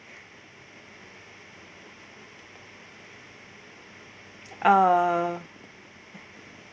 err